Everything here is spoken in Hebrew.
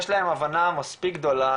יש להם הבנה מספיק גדולה,